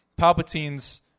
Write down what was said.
Palpatine's